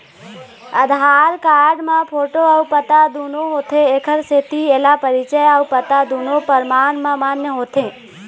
आधार card म photo अउ पता दुनो होथे एखर सेती एला परिचय अउ पता दुनो परमान म मान्य होथे